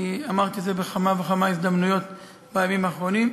אני אמרתי את זה בכמה וכמה הזדמנויות בימים האחרונים.